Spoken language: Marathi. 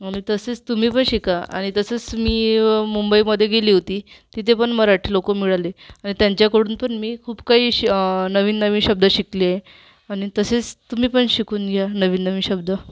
आणि तसेच तुम्ही पण शिका आणि तसंच मी मुंबईमधे गेली होती तिथे पण मराठी लोक मिळाले तर त्यांच्याकडून पण मी खूप काहीशी नवीन नवीन शब्द शिकले आणि तसेच तुम्ही पण शिकून घ्या नवीन नवीन शब्द